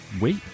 wait